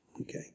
okay